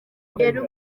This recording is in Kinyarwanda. kugera